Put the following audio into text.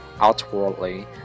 Outwardly